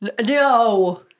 No